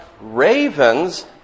ravens